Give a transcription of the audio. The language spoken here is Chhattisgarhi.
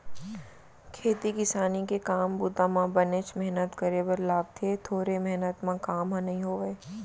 खेती किसानी के काम बूता म बनेच मेहनत करे बर लागथे थोरे मेहनत म काम ह नइ होवय